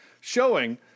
Showing